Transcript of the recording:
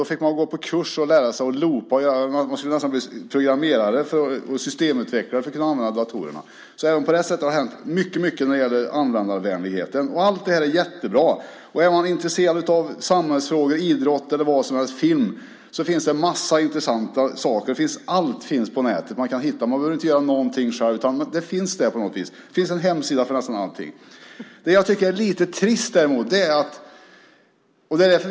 Då fick man gå på kurs och lära sig att loopa. Man skulle nästan vara programmerare och systemutvecklare för att kunna använda datorerna. Så även på det sättet har det hänt mycket när det gäller användarvänligheten. Allt det här är jättebra, och är man intresserad av samhällsfrågor, idrott, film eller vad som helst så finns det en massa intressanta saker. Allt finns på nätet. Man kan hitta det där. Man behöver inte göra någonting själv, utan det finns där. Det finns en hemsida för nästan allting. Men det finns något som jag tycker är lite trist.